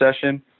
session